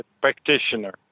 practitioner